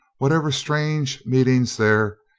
whatever strange meetings there,